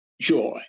joy